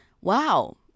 Wow